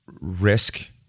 risk